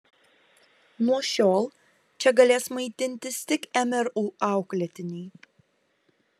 nuo šiol čia galės maitintis tik mru auklėtiniai